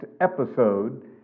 episode